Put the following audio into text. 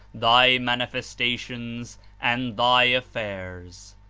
thy manifestations and thy affairs.